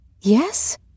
Yes